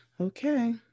Okay